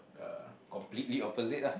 uh completely opposite lah